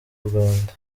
rwanda